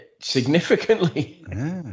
Significantly